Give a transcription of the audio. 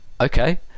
okay